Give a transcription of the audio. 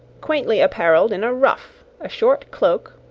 quaintly apparelled in a ruff, a short cloak,